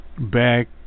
back